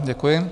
Děkuji.